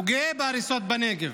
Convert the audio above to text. הוא גאה בהריסות בנגב.